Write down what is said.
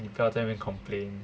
你不要在那边 complain